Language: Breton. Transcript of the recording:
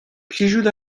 plijout